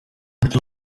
afite